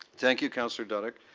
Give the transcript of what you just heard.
thank you, councillor duddeck.